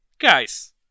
Guys